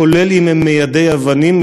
כולל מיידי אבנים,